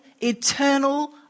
eternal